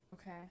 Okay